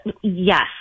yes